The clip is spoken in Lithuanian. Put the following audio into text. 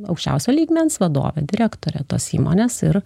aukščiausio lygmens vadovė direktorė tos įmonės ir